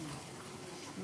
120 רוצים לדבר.